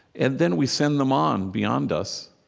and then we send them on, beyond us.